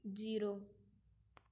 zero